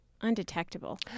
undetectable